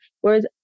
Whereas